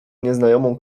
nieznajomą